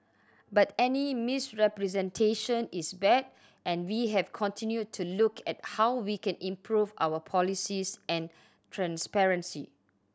but any misrepresentation is bad and we have continued to look at how we can improve our policies and transparency